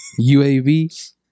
UAV